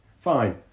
Fine